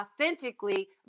authentically